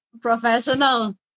Professional